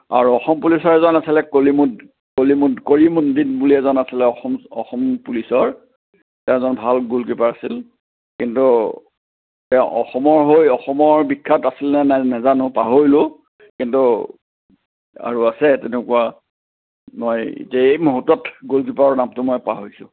আৰু অসম পুলিচৰ এজন আছিলে কলিমু কলিমু কলিমুদ্দিন বুলি এজন আছিলে অসম অসম পুলিচৰ তেওঁ এজন ভাল গল কীপাৰ আছিল কিন্তু তেওঁ অসমৰ হৈ অসমৰ বিখ্যাত আছিল নে নাই নাজানোঁ পাহৰিলোঁ কিন্তু আৰু আছে তেনেকুৱা আৰু এই এতিয়া এই মুহূৰ্তত গ'ল কীপাৰৰ নামটো পাহৰিছোঁ